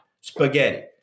Spaghetti